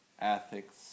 ethics